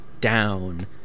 down